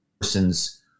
person's